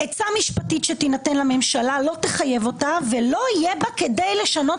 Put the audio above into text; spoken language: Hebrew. "עצה משפטית שתינתן לממשלה לא תחייב אותה ולא יהיה בה כדי לשנות